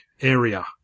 area